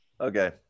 okay